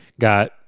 got